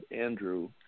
Andrew